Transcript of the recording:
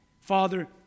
Father